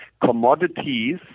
commodities